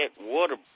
water